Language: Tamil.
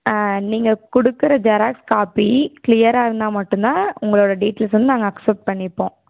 நீங்கள் கொடுக்குற ஜெராக்ஸ் காப்பி கிளியராக இருந்தால் மட்டும்தான் உங்களோடய டீட்டெயில்ஸ் வந்து நாங்கள் அக்சப்ட் பண்ணிப்போம்